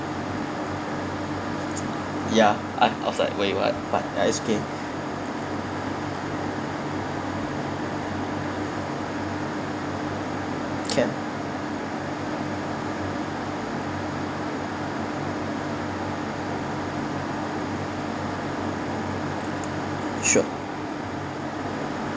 yeah I'm outside where you what but ya it's okay can sure